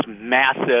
massive